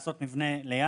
לעשות מבנה ליד,